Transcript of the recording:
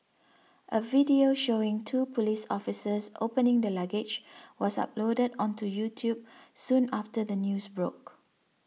a video showing two police officers opening the luggage was uploaded onto YouTube soon after the news broke